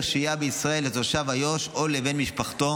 שהייה בישראל לתושב איו"ש או לבן משפחתו,